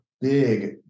big